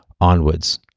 onwards